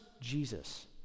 Jesus